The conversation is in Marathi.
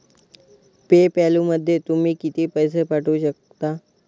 पे पॅलमधून तुम्ही किती पैसे पाठवू शकता?